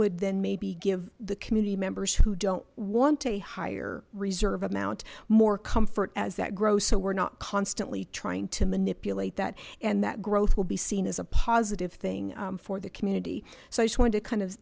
would then maybe give the community members who don't want a higher reserve amount more comfort as that grow so we're not constantly trying to manipulate that and that growth will be seen as a positive thing for the community so i just wanted to kind